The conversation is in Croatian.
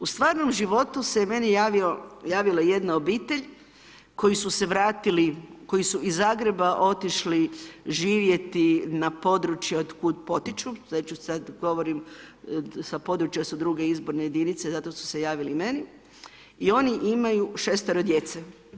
U stvarnom životu se meni javila jedna obitelj koji su se vratili, koji su iz Zagreba otišli živjeti na područje od kud potiču, neću sad govorim sa područja su druge izborne jedinice zato su se javili meni, i oni imaju šestero djece.